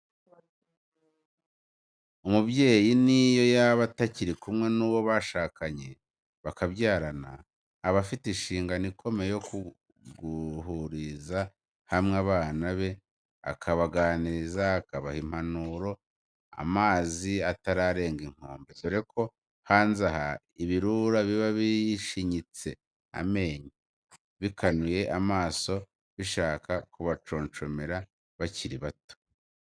Umubyeyi n'iyo yaba atakiri kumwe n'uwo bashakanye, bakabyarana, aba afite inshingano ikomeye yo kuguhuriza hamwe abana be akabaganiriza, akabaha impanuro amazi atararenga inkombe, dore ko hanze aha ibirura biba bishinyitse amenyo, bikanuye amaso, bishaka kubaconcomera, bakiri bato.